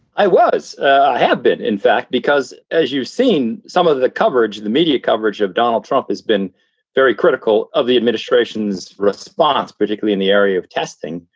i was a habit, in fact, because as you've seen, some of the coverage, the media coverage of donald trump has been very critical of the administration's response, particularly in the area of testing.